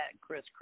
Chris